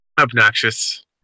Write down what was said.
obnoxious